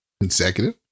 consecutive